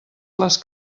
les